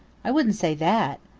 i wouldn't say that,